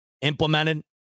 implemented